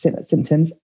symptoms